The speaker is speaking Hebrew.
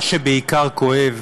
מה שבעיקר כואב